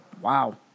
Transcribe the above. Wow